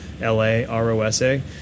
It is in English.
L-A-R-O-S-A